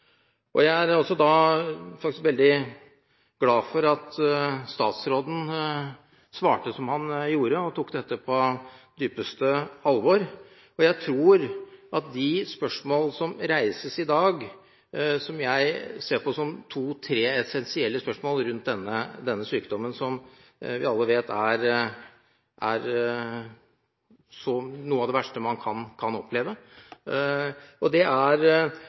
og jeg kjenner igjen mye av historiene i det som ble sagt fra denne talerstol. Jeg er veldig glad for at statsråden svarte som han gjorde, og tok dette på dypeste alvor. De spørsmål som reises i dag, ser jeg på som to–tre essensielle spørsmål rundt denne sykdommen, som vi alle vet er noe av det verste man kan oppleve. Det ene er håpet som må ligge, og